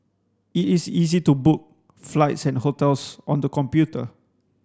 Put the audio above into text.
it is easy to book flights and hotels on the computer